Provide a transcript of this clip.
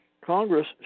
Congress